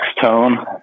Tone